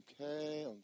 Okay